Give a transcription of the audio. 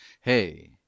Hey